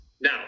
Now